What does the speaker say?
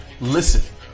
Listen